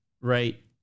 right